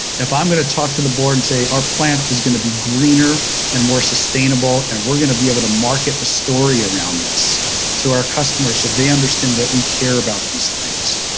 if i'm going to talk to the board and say, our plant is going to be greener and more sustainable, and we're going to be able to market the story around this to our customers, so they understand that we care about these things.